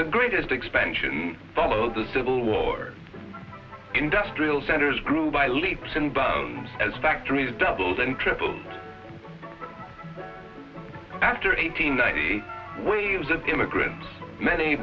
the greatest expansion followed the civil war industrial centers grew by leaps and bounds as factories doubled and tripled after eight hundred ninety waves of immigrants many